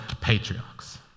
patriarchs